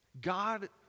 God